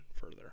further